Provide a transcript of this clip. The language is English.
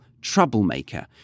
troublemaker